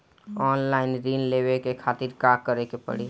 Online ऋण लेवे के खातिर का करे के पड़ी?